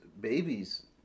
babies